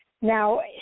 Now